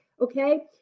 Okay